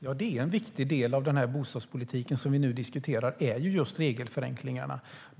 Herr talman! En viktig del i den bostadspolitik vi nu diskuterar är regelförenklingarna.